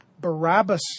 Barabbas